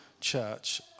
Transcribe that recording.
Church